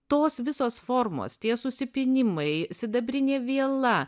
tos visos formos tie susipynimai sidabrinė viela